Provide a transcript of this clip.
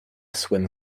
swim